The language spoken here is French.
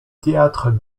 théâtre